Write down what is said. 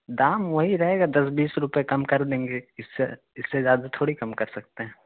دام وہی رہے گا دس بیس روپے کم کر دیں گے اس سے اس سے زیادہ تھوڑی کم کر سکتے ہیں